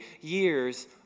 years